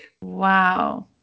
wow